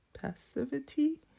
passivity